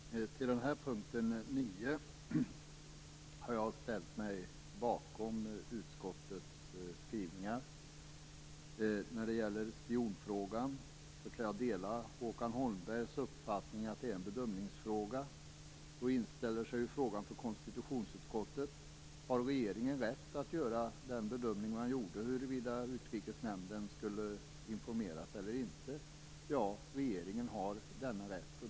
Fru talman! Beträffande punkten 9 har jag ställt mig bakom utskottets skrivningar. När det gäller spionfrågan delar jag Håkan Holmbergs uppfattning att det är en bedömningsfråga. Då inställer sig frågan för konstitutionsutskottet: Har regeringen rätt att göra den bedömning man gjorde om huruvida Utrikesnämnden skulle informeras eller inte? Ja, regeringen har denna rätt.